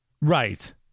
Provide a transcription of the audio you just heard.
Right